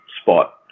spot